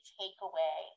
takeaway